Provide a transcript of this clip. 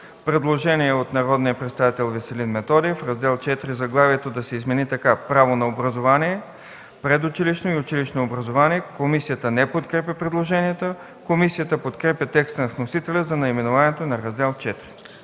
Предложение от народния представител Веселин Методиев – заглавието на Раздел ІV да се измени така: „Право на образование, предучилищно и училищно образование”. Комисията не подкрепя предложението. Комисията подкрепя текста на вносителя за наименованието на Раздел ІV.